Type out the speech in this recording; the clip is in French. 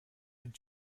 est